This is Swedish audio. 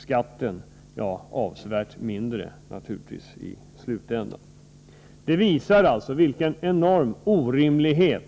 Skatten var i slutänden naturligtvis avsevärt mindre. Detta visar vilka orimliga